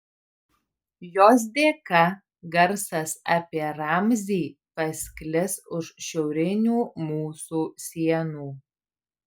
jos dėka garsas apie ramzį pasklis už šiaurinių mūsų sienų